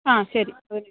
ആ ശരി വരും